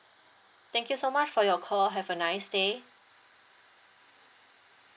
thank you so much for your call have a nice day